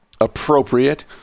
appropriate